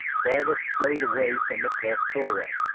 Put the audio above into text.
travis strode away from the cleft doorway.